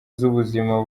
z’ubuzima